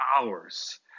hours